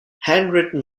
handwritten